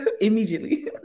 immediately